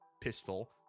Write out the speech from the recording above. pistol